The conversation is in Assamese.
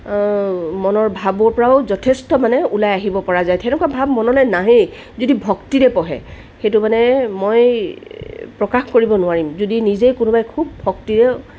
মনৰ ভাৱৰ পৰাও যথেষ্ট মানে ওলাই আহিব পৰা যায় সেনেকুৱা ভাৱ মনলৈ নাহেই যদি ভক্তিৰে পঢ়ে সেইটো মানে মই প্ৰকাশ কৰিব নোৱাৰিম যদি নিজেই কোনোবাই খুব ভক্তিৰেও